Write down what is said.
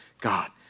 God